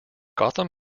gotham